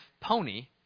pony